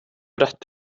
rätt